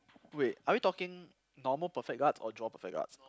wait are we talking normal perfect guards or draw perfect guards